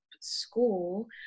school